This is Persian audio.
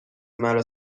مرا